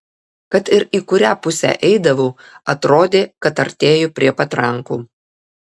kad ir į kurią pusę eidavau atrodė kad artėju prie patrankų